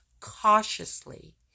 cautiously